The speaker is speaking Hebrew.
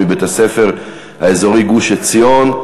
מבית-הספר האזורי גוש-עציון.